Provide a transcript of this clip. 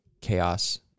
chaos